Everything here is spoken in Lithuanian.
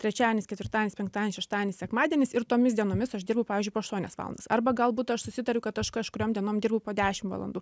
trečiadienis ketvirtadienis penktadienis šeštadienis sekmadienis ir tomis dienomis aš dirbu pavyzdžiui po aštuonias valandas arba galbūt aš susitariu kad aš kažkuriom dienom dirbu po dešimt valandų